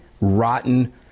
rotten